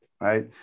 right